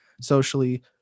socially